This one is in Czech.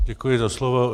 Děkuji za slovo.